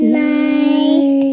night